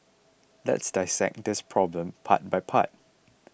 let's dissect this problem part by part